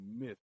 myth